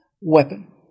weapon